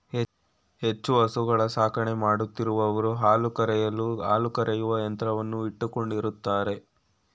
ಹೆಚ್ಚು ಹಸುಗಳ ಸಾಕಣೆ ಮಾಡುತ್ತಿರುವವರು ಹಾಲು ಕರೆಯಲು ಹಾಲು ಕರೆಯುವ ಯಂತ್ರವನ್ನು ಇಟ್ಟುಕೊಂಡಿರುತ್ತಾರೆ